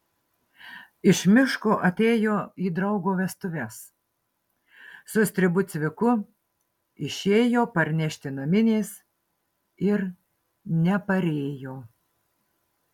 iš miško atėjo į draugo vestuves su stribu cviku išėjo parnešti naminės ir neparėjo